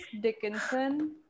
Dickinson